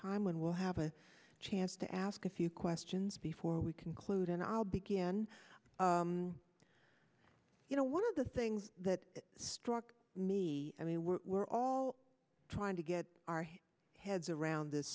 time when we'll have a chance to ask a few questions before we conclude and i'll begin you know one of the things that struck me i mean we're all trying to get our heads around this